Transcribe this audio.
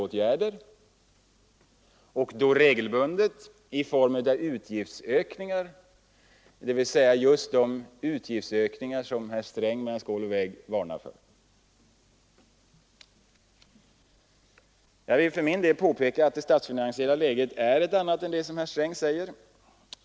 När åtgärderna satts in har de regelbundet haft formen av utgiftsökningar, dvs. just de utgiftsökningar som herr Sträng mellan skål och vägg varnar för. Jag vill för min del påpeka att det statsfinansiella läget är ett annat än det som herr Sträng säger.